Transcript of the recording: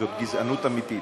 זו גזענות אמיתית,